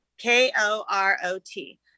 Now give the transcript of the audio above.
k-o-r-o-t